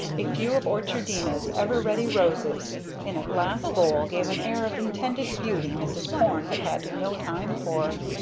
a few of orchardina's ever ready roses in a glass bowl gave an air of intended beauty mrs. porne had had no time for.